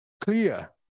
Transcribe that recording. clear